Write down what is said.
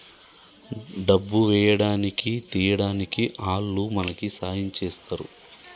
డబ్బు వేయడానికి తీయడానికి ఆల్లు మనకి సాయం చేస్తరు